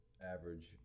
average